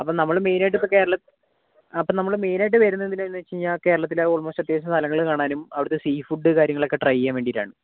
അപ്പം നമ്മൾ മെയിൻ ആയിട്ട് ഇപ്പം കേരള അപ്പം നമ്മൾ മെയിൻ ആയിട്ട് വരുന്നത് എന്തിനാണെന്ന് വെച്ചുകഴിഞ്ഞാൽ കേരളത്തിൽ ഓൾമോസ്റ്റ് അത്യാവശ്യം സ്ഥലങ്ങൾ കാണാനും അവിടുത്തെ സീഫുഡ് കാര്യങ്ങളൊക്കെ ട്രൈ ചെയ്യാനും വേണ്ടിയിട്ടാണ്